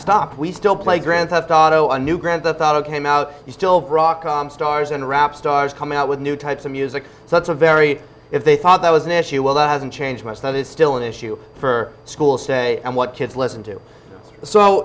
stopped we still play grand theft auto a new grand the thought it came out you still rock stars and rap stars coming out with new types of music so it's a very if they thought that was an issue well that hasn't changed much that it's still an issue for school say and what kids listen